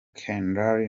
kendall